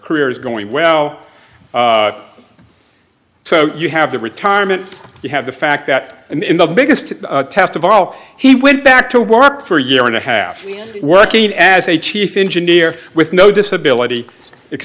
career is going well so you have the retirement you have the fact that in the biggest test of all he went back to work for a year and a half working as a chief engineer with no disability